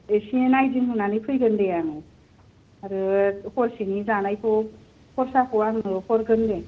एसे नायदिंहैनानै फैगोन दे आङो आरो हरसेनि जानायखौ खरसाखौ आङो हरगोन दे